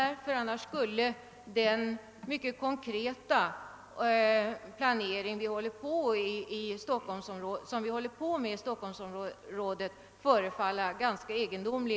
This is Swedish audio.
Det som skrivs i utskottets utlåtande gör nämligen att den konkreta planeringsverksamhet som vi bedriver inom Stockholmsområdet förefaller ganska egendomlig.